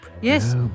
Yes